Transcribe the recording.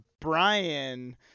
brian